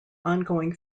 ongoing